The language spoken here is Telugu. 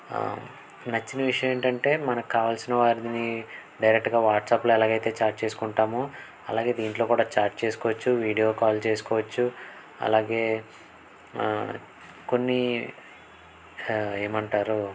నచ్చిన విషయం ఏంటంటే మనకు కావాల్సిన వారిని డైరెక్ట్గా వాట్సాప్లో ఎలాగైతే చాట్ చేసుకుంటామో అలాగే దీంట్లో కూడా చాట్ చేసుకోవచ్చు వీడియో కాల్ చేసుకోవచ్చు అలాగే కొన్ని ఏమంటారు